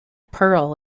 pearl